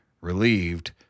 Relieved